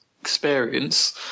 experience